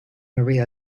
maria